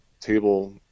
table